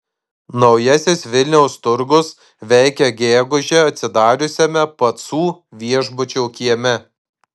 naujasis vilniaus turgus veikia gegužę atsidariusiame pacų viešbučio kieme